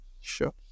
sure